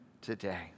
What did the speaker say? Today